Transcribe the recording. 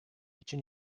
için